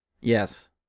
Yes